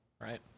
right